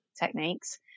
techniques